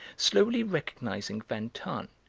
slowly recognising van tahn,